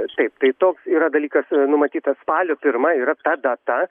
taip tai toks yra dalykas numatytas spalio pirma yra ta data